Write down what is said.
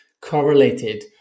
correlated